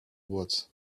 woods